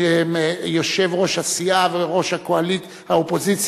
שהיה יושב-ראש הסיעה וראש האופוזיציה,